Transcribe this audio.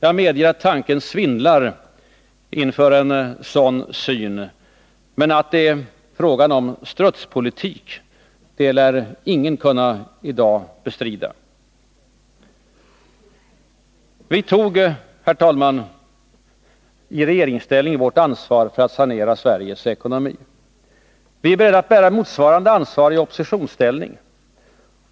Jag medger att tanken svindlar inför en sådan syn, men att det är fråga om strutspolitik lär ingen i dag kunna bestrida. Vi tog, herr talman, i regeringsställning vårt ansvar för att sanera Sveriges ekonomi. Vi är beredda att bära motsvarande ansvar i oppositionsställning.